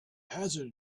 hazard